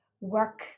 work